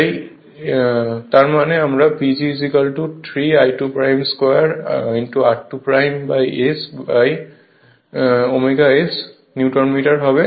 তাই তার মানে আমার PG 3 I2 2 r2 S by ω S newton metre হবে